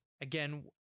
again